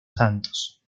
santos